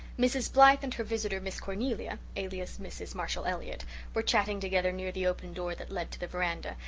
mrs. blythe and her visitor, miss cornelia alias mrs. marshall elliott were chatting together near the open door that led to the veranda,